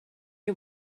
you